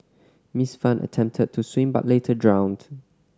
Miss Fan attempted to swim but later drowned